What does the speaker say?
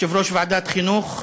יושב-ראש ועדת החינוך,